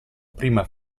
prima